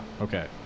okay